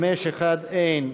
לסעיף 5(1) אין.